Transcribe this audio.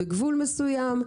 בגבול מסוים,